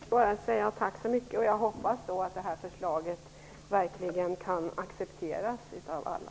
Fru talman! Jag vill bara säga tack så mycket och hoppas att det här förslaget verkligen kan accepteras av alla.